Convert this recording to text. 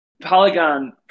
Polygon